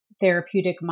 therapeutic